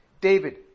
David